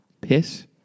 piss